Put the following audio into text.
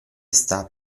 sta